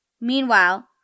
Meanwhile